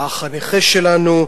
באח הנכה שלנו,